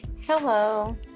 Hello